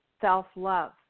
self-love